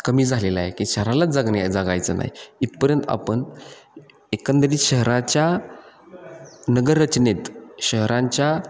कमी झालेला आहे की शहरालाच जगण्या जगायचं नाही इथपर्यंत आपण एकंदरीत शहराच्या नगररचनेत शहरांच्या